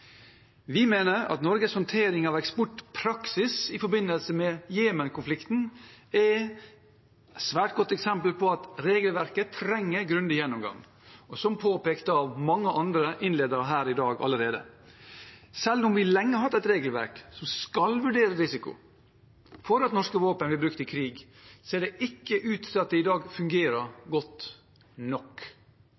Vi mener at Norges håndtering av eksportpraksis i forbindelse med Jemen-konflikten er et svært godt eksempel på at regelverket trenger grundig gjennomgang, som påpekt av mange andre talere her i dag allerede. Selv om vi lenge har hatt et regelverk som skal vurdere risikoen for at norske våpen blir brukt i krig, ser det ikke ut til at det fungerer godt nok i dag.